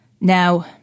Now